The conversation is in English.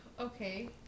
Okay